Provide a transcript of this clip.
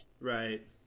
right